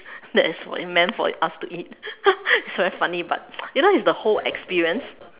that is meant for us to eat it's very funny but you know it's the whole experience